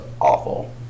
awful